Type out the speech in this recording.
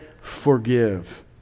forgive